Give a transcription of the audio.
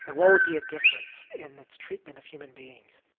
and what would be a difference in its treatment of human beings?